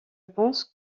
pense